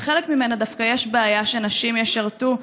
חלק ממנה דווקא יש בעיה שנשים ישרתו,